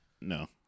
No